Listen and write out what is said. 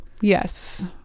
Yes